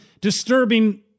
disturbing